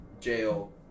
jail